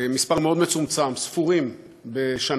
מספר מאוד מצומצם, ספורים בשנה,